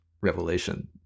revelation